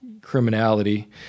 criminality